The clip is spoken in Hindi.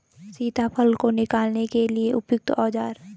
सीताफल को निकालने के लिए उपयुक्त औज़ार?